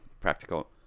practical